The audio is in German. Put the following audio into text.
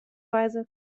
weise